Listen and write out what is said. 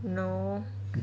no